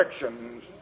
directions